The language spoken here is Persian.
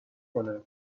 کنه